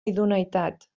idoneïtat